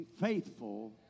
faithful